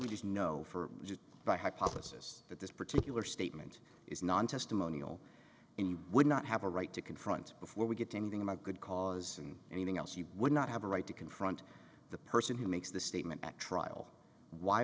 we just know for the hypothesis that this particular statement is non testimonial in we would not have a right to confront before we get to anything about good cause and anything else you would not have a right to confront the person who makes the statement actual why